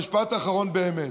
משפט אחרון באמת: